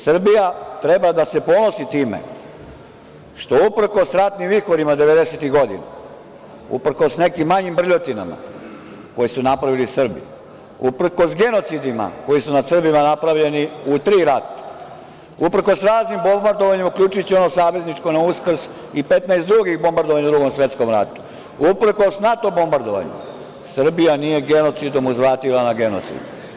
Srbija treba da se ponosi time što uprkos ratnim vihorima 90-ih godina, uprkos nekim manjim brljotinama koje su napravili Srbi, uprkos genocidima koji su nad Srbima napravljeni u tri rata, uprkos raznim bombardovanjima, uključujući i ono savezničko na Uskrs i 15 drugih bombardovanja u Drugom svetskom ratu, uprkos NATO bombardovanju, Srbija nije genocidom uzvratila na genocid.